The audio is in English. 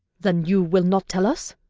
then you will not tell us?